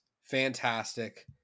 fantastic